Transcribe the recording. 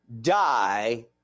die